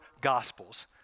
Gospels